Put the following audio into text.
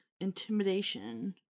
intimidation